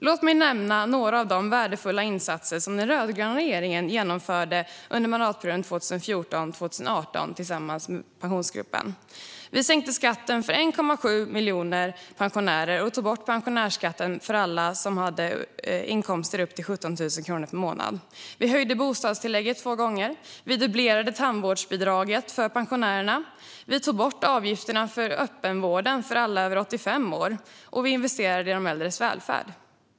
Låt mig nämna några av de värdefulla insatser som den rödgröna regeringen genomförde under mandatperioden 2014-2018 tillsammans med Pensionsgruppen. Vi sänkte skatten för 1,7 miljoner pensionärer och tog bort pensionärsskatten för alla som hade inkomster upp till 17 000 kronor per månad. Vi höjde bostadstillägget två gånger. Vi dubblerade tandvårdsbidraget för pensionärerna. Vi tog bort avgifterna för öppenvården för alla över 85 år, och vi investerade i de äldres välfärd.